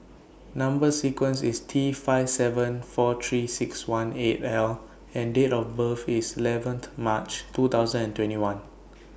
Number sequence IS T five seven four three six one eight L and Date of birth IS eleventh March two thousand and twenty one